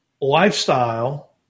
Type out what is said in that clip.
lifestyle